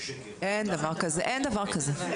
אין דבר כזה, אין דבר כזה.